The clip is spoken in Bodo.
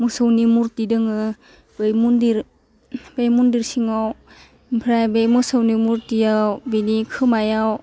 मोसौनि मुरटि दोङो बै मन्दिर बै मन्दिर सिङाव आमफ्राइ बे मोसौनि मुरटियाव बिनि खोमायाव